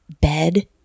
bed